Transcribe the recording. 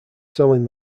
selling